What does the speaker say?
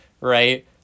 right